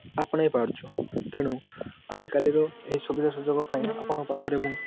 ଆପଣେଇ ପାରୁଛୁ ତେଣୁ ଆଜିକାଲିର ଏହି ସୁବିଧା ସୁଯୋଗ ପାଇଁ ଆପଣଙ୍କ ପାଖରେ ମୁଁ